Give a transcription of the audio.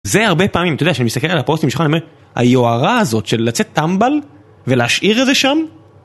זה הרבה פעמים, אתה יודע, כשאני מסתכל על הפוסטים שלך, אני אומר, היוהרה הזאת של לצאת טמבל ולהשאיר את זה שם...